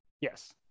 Yes